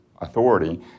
Authority